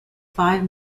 five